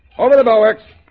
over the bow works